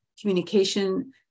communication